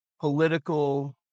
political